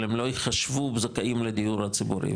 אבל הם לא יחשבו זכאים לדיור הציבורי.